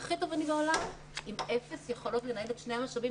הכי תובעני בעולם עם אפס יכולות לנהל את שני המשאבים